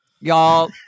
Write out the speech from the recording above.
Y'all